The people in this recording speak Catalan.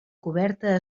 coberta